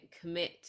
commit